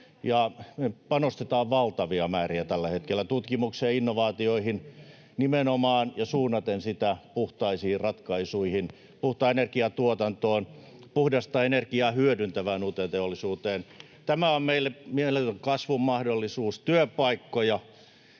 me panostetaan valtavia määriä tällä hetkellä tutkimukseen ja innovaatioihin nimenomaan suunnaten puhtaisiin ratkaisuihin, puhtaaseen energiatuotantoon, puhdasta energiaa hyödyntävään uuteen teollisuuteen. Tämä on meille mieletön kasvun mahdollisuus — työpaikkoja.